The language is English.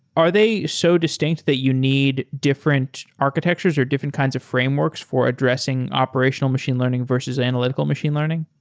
are they so distinct that you need different architectures or different kinds of frameworks for addressing operational machine learning versus analytical machine learning?